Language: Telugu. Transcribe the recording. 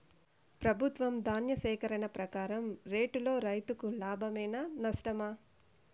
ప్రభుత్వం ధాన్య సేకరణ ప్రకారం రేటులో రైతుకు లాభమేనా నష్టమా?